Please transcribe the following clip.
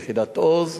יחידת "עוז",